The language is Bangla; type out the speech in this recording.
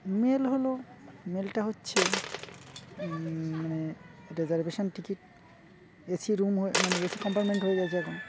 মেইল হলো মেইলটা হচ্ছে মানে reservation ticket A C room হয়ে মানে এ সি কম্পার্টমেন্ট হয়ে গিয়েছে এখন